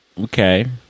Okay